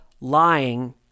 lying